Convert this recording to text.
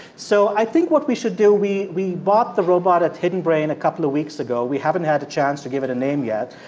so i think what we should do we we bought the robot at hidden brain a couple of weeks ago. we haven't had a chance to give it a name yet.